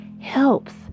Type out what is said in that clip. helps